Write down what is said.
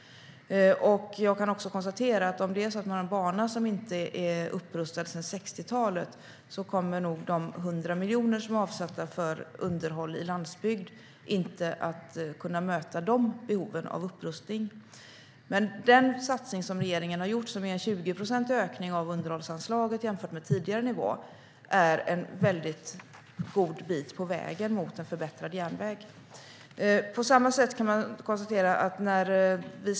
Jag kan också konstatera att om man har en bana som inte är upprustad sedan 60-talet kommer nog de 100 miljoner som är avsatta för underhåll i landsbygd inte att kunna täcka behoven av upprustning. Men den satsning som regeringen har gjort och som innebär en 20-procentig ökning av underhållsanslaget jämfört med tidigare nivå är en god bit på vägen mot en förbättrad järnväg.